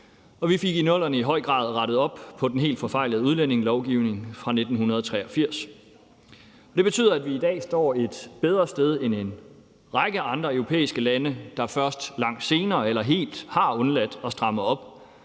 vi fik i 00'erne i høj grad rettet op på den helt forfejlede udlændingelovgivning fra 1983. Det betyder, at vi i dag står et bedre sted end række andre europæiske lande, der først langt senere har strammet op